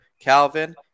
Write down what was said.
Calvin